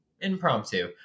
impromptu